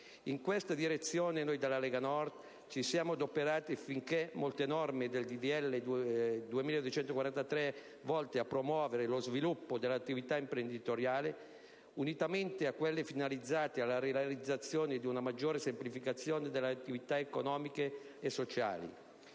In questa direzione, noi della Lega Nord ci siamo adoperati affinché molte norme del disegno di legge n. 2243 volte a promuovere lo sviluppo dell'attività imprenditoriale, unitamente a quelle finalizzate alla realizzazione di una maggiore semplificazione delle attività economiche e sociali,